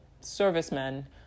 servicemen